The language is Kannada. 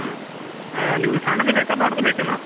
ಹ್ಞೂ ನಿಮ್ಗೆ ಸಣ್ಣದು ಬೇಕಾ ದೊಡ್ದು ಬೇಕಾ